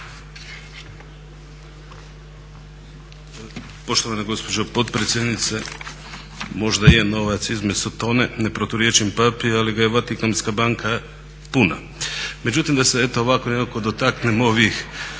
Poštovana gospođo potpredsjednice možda je novac izmet Sotone, ne proturječim Papi ali ga je Vatikanska banka puna. Međutim, da se evo ovako nekako dotaknem ovih